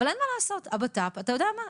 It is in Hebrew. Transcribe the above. אבל אין מה לעשות, אתה יודע מה?